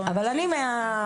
אבל אני מהדרום.